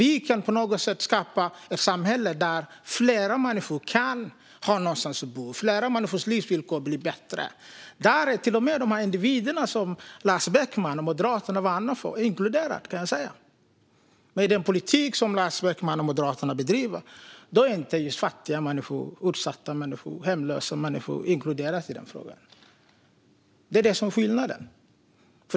Om vi på något sätt kan skapa ett samhälle där fler människor har någonstans att bo och där fler människors livsvillkor blir bättre kan jag säga att till och med de individer som Lars Beckman och Moderaterna värnar om är inkluderade. Men med den politik som Lars Beckman och Moderaterna bedriver är inte fattiga, utsatta och hemlösa människor inkluderade. Det är detta som är skillnaden.